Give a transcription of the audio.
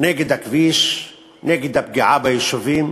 נגד הכביש, נגד הפגיעה ביישובים,